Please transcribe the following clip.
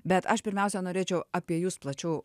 bet aš pirmiausia norėčiau apie jus plačiau